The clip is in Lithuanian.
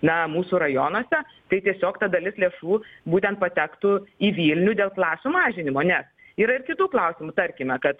na mūsų rajonuose tai tiesiog ta dalis lėšų būtent patektų į vilnių dėl klasių mažinimo nes yra ir kitų klausimų tarkime kad